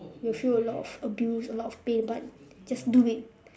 you feel a lot of abuse a lot of pain but just do it